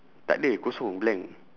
tak ada kosong blank